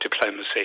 diplomacy